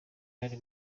yari